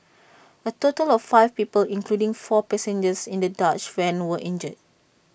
A total of five people including four passengers in the dodge van were injured